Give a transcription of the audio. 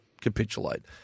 capitulate